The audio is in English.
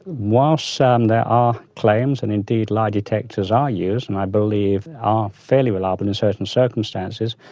whilst ah um there are claims and indeed lie detectors are used and i believe are fairly reliable in certain circumstances,